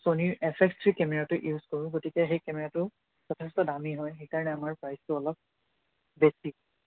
ছনীৰ F X three কেমেৰাটো use কৰোঁ গতিকে সেই কেমেৰাটো যথেষ্ট দামী হয় সেইকাৰণে আমাৰ প্ৰাইচটো অলপ বেছি